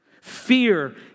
Fear